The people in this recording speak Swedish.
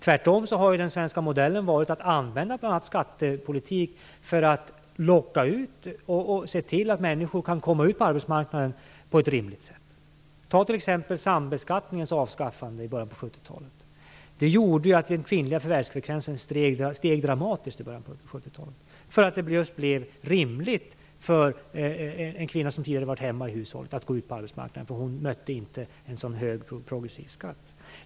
Tvärtom har ju den svenska modellen varit att använda bl.a. skattepolitik för att se till att människor kan komma ut på arbetsmarknaden på ett riktigt sätt. Ta t.ex. sambeskattningens avskaffande i början på 70-talet. Det gjorde att den kvinnliga förvärvsfrekvensen steg dramatiskt i början på 70-talet. Det blev då rimligt för en kvinna som tidigare hade varit hemma i hushållet att gå ut på arbetsmarknaden, i och med att hon inte mötte en sådan hög progressiv skatt.